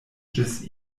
ĝis